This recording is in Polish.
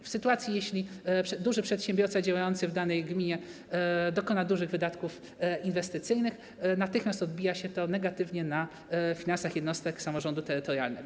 W sytuacji gdy duży przedsiębiorca działający w danej gminie dokona dużych wydatków inwestycyjnych, natychmiast odbija się to negatywnie na finansach jednostek samorządu terytorialnego.